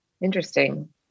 Interesting